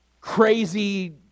crazy